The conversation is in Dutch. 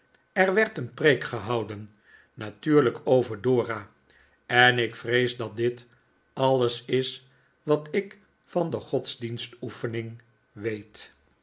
er werd een preek gehouden natuurlijk over dora en ik vrees dat dit alles is wat ik van de godsdienstoefening weet